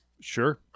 Sure